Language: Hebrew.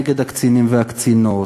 נגד הקצינים והקצינות,